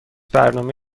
برنامه